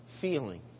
feeling